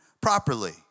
properly